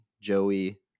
joey